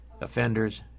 offenders